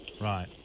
Right